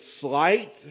slight